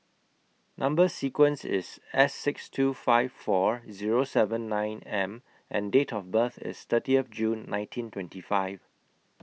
Number sequence IS S six two five four Zero seven nine M and Date of birth IS thirtieth June nineteen twenty five